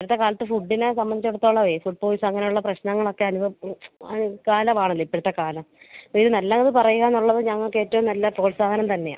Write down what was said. ഇന്നത്തെ കാലത്ത് ഫുഡിനെ സംബന്ധിച്ചെടുത്തോളമേ ഫുഡ് പോയ്സൻ അങ്ങനെയുള്ള പ്രശ്നങ്ങളൊക്കെ അത് കാലമാണല്ലോ ഇപ്പോഴത്തെ കാലം ഇത് നല്ലത് പറയുകയെന്നുള്ളത് ഞങ്ങൾക്കേറ്റവും നല്ല പ്രോത്സാഹനം തന്നെയാണ്